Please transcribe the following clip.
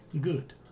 Good